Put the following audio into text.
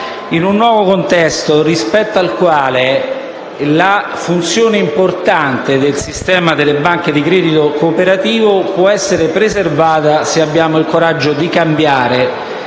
in un nuovo contesto rispetto al quale la funzione importante del sistema delle banche di credito cooperativo può essere preservata se abbiamo il coraggio di cambiare